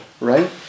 right